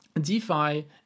DeFi